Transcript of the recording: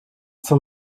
zum